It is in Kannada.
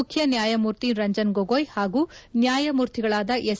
ಮುಖ್ಣನ್ಯಾಯಮೂರ್ತಿ ರಂಜನ್ ಗೊಗೋಯ್ ಹಾಗೂ ನ್ಯಾಯಮೂರ್ತಿಗಳಾದ ಎಸ್